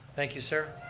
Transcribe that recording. thank you, sir.